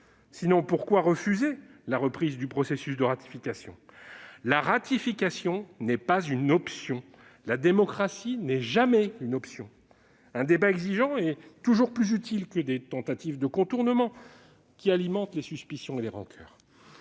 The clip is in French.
Sinon, pourquoi refuser la reprise du processus de ratification ? La ratification n'est pas une option, la démocratie n'est jamais une option. Un débat exigeant est toujours plus utile que des tentatives de contournement qui alimentent les suspicions et les rancoeurs.